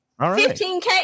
15K